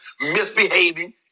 misbehaving